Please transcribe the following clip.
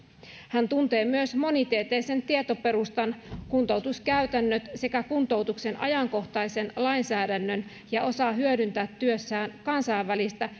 hän tuntee myös monitieteisen tietoperustan kuntoutuskäytännöt sekä kuntoutuksen ajankohtaisen lainsäädännön ja osaa hyödyntää työssään kansainvälistä